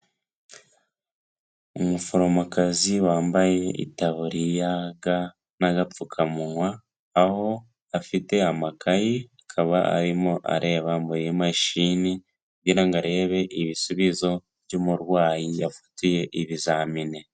Umuforomokazi wambaye itaburiya, ga n'agapfukamunwa aho afite amakayi akaba arimo areba muri mashini kugira ngo arebe ibisubizo by'umurwayi yafitiye ibizamini.